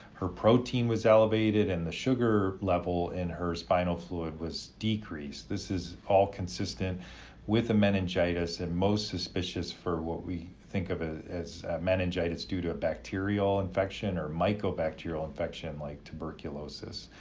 her protein was elevated and the sugar level in her spinal fluid was decreased. this is all consistent with a meningitis and most suspicious for what we think of ah as meningitis due to a bacterial infection or mycobacterial infection like tuberculosis.